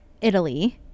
Italy